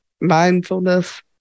mindfulness